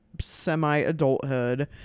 semi-adulthood